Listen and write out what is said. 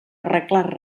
arreglar